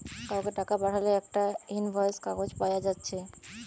কাউকে টাকা পাঠালে একটা ইনভয়েস কাগজ পায়া যাচ্ছে